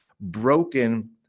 broken